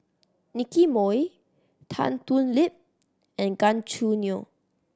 Nicky Moey Tan Thoon Lip and Gan Choo Neo